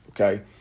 okay